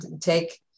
take